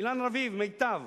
אילן רביב, "מיטב",